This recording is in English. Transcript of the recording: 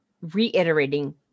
reiterating